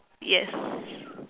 yes